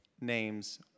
names